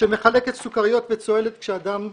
שמחלקת סוכריות וצוהלת כשהדם נשפך.